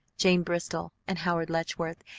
jane bristol, and howard letchworth,